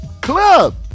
club